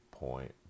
Point